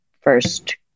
first